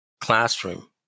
classroom